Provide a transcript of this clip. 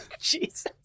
Jesus